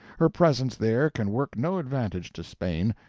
her presence there can work no advantage to spain,